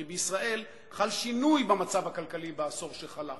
כי בישראל חל שינוי במצב הכלכלי בעשור שחלף,